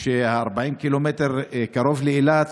של 40 הקילומטרים קרוב לאילת,